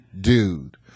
dude